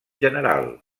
general